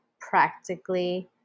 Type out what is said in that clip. practically